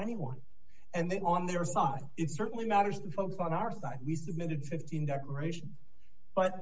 anyone and then on their side it's certainly matters to focus on our side we submitted fifteen decoration but